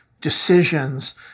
decisions